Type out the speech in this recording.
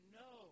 no